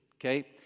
okay